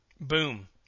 Boom